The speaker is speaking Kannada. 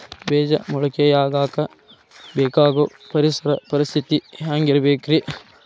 ಬೇಜ ಮೊಳಕೆಯಾಗಕ ಬೇಕಾಗೋ ಪರಿಸರ ಪರಿಸ್ಥಿತಿ ಹ್ಯಾಂಗಿರಬೇಕರೇ?